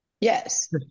Yes